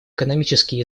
экономический